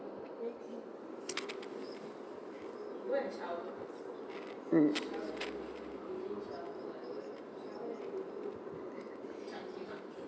mm